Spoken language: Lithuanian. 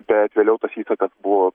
bet vėliau tas įsakas buvo